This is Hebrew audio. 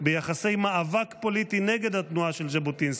ביחסי מאבק פוליטי נגד התנועה של ז'בוטינסקי.